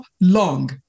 long